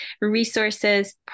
resources